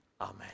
amen